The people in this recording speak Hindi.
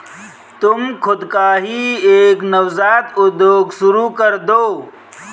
तुम खुद का ही एक नवजात उद्योग शुरू करदो